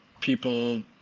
people